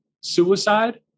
suicide